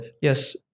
yes